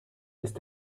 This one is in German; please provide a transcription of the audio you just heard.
ist